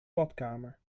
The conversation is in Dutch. badkamer